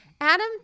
Adam